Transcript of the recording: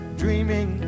dreaming